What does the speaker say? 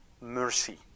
mercy